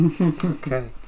Okay